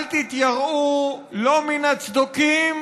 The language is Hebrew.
אל תתייראו לא מן הצדוקים